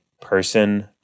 person